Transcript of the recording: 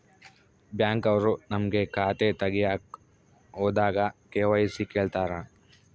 Bank ಅವ್ರು ನಮ್ಗೆ ಖಾತೆ ತಗಿಯಕ್ ಹೋದಾಗ ಕೆ.ವೈ.ಸಿ ಕೇಳ್ತಾರಾ?